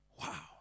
Wow